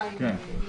כן.